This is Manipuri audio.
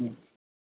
ꯎꯝ